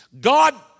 God